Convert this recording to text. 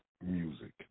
music